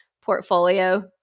portfolio